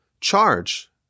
charge